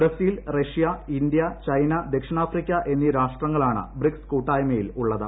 Brazil Russia India China ദക്ഷിണാഫ്രിക്ക എന്നിവരാണ് BRICS കൂട്ടായ്മയിലുള്ളത്